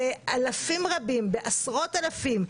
בעשרות-אלפים,